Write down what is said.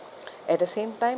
at the same time